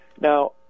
now